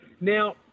Now